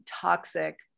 toxic